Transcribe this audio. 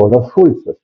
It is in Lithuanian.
jonas šulcas